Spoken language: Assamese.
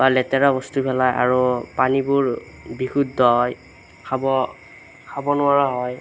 বা লেতেৰা বস্তু পেলায় আৰু পানীবোৰ বিশুদ্ধ হয় খাব খাব নোৱাৰা হয়